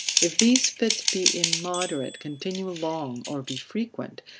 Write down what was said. if these fits be immoderate, continue long, or be frequent,